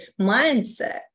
mindset